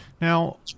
Now